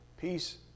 Peace